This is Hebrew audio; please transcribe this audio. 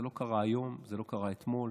זה לא קרה היום, זה לא קרה אתמול,